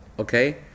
Okay